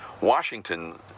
Washington